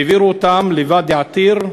והעבירו אותם לוואדי עתיר,